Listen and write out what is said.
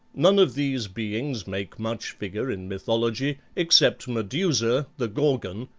none of these beings make much figure in mythology except medusa, the gorgon,